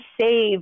save